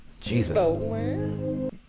Jesus